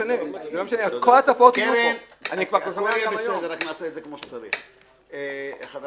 תודה, לחבר